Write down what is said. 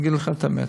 אני אגיד לך את האמת.